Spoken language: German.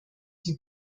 die